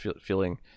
feeling